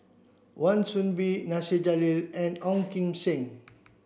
Wan Soon Bee Nasir Jalil and Ong Kim Seng